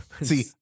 See